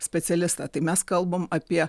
specialistą tai mes kalbame apie